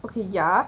okay ya